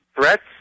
Threats